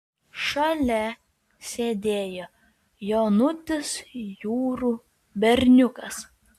šalia sėdėjo jaunutis jurų berniukas